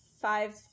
five